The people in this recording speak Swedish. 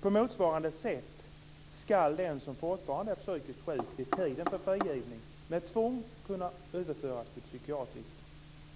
På motsvarande sätt skall den som fortfarande är psykiskt sjuk vid tiden för frigivning med tvång kunna överföras till psykiatrisk